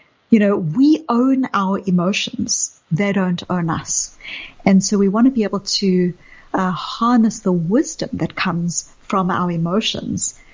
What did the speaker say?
you know we own our emotions that aren't on us and so we want to be able to ah harness the wisdom that comes from our emotions,